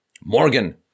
Morgan